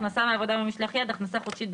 "הכנסה מעבודה או ממשלח יד" הכנסה חודשית,